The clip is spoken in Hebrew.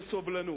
וסובלנות.